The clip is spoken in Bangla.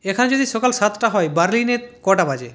এখানে যদি সকাল সাতটা হয় বার্লিনে কটা বাজে